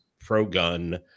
pro-gun